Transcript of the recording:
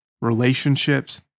relationships